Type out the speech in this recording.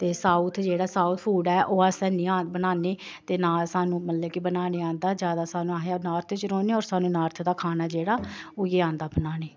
ते साउथ जेह्ड़ा south food ऐ ओह् अस हैनी बनान्ने ते नां सानूं मतलब कि बनाने आंदा जादा सानूं अस नार्थ च रौह्न्ने होर सानूं नार्थ दा खाना जेह्ड़ा उऐ आंदा बनाना